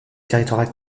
territoire